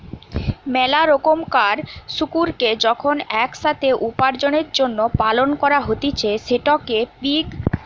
মেলা রোকমকার শুকুরকে যখন এক সাথে উপার্জনের জন্য পালন করা হতিছে সেটকে পিগ রেয়ারিং বলে